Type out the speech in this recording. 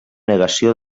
negació